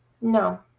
No